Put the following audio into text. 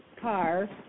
car